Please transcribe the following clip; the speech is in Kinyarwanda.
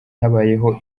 habayeho